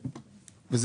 פטור,